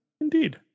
indeed